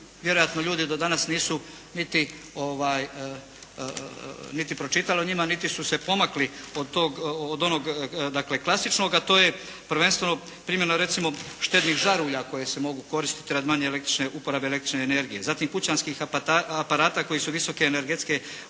vjerojatno ljudi do danas nisu niti pročitali o njima niti su se pomakli od onog dakle klasičnoga, a to je prvenstveno primjena recimo štednih žarulja koje se mogu koristiti radi manje upotrebe električne energije, zatim kućanskih aparata koje su visoke energetske učinkovitosti.